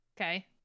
Okay